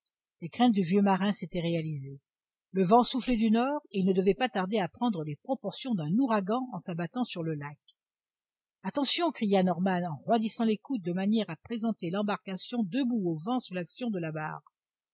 les craintes du vieux marin s'étaient réalisées le vent soufflait du nord et il ne devait pas tarder à prendre les proportions d'un ouragan en s'abattant sur le lac attention cria norman en roidissant l'écoute de manière à présenter l'embarcation debout au vent sous l'action de la barre